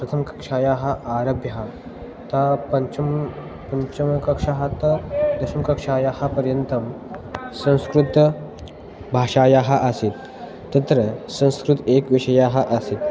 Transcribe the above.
प्रथमकक्षायाः आरभ्य ता पञ्चमं पञ्चमकक्षातः दशमकक्षायाः पर्यन्तं संस्कृतभाषायाः आसीत् तत्र संस्कृतम् एकः विषयः आसीत्